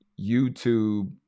YouTube